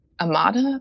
Amada